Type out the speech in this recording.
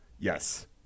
Yes